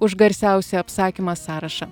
už garsiausią apsakymą sąrašą